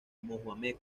muhammad